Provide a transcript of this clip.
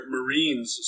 Marines